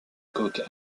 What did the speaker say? coque